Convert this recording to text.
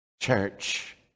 church